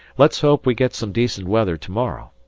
let's hope we get some decent weather to-morrow.